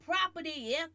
property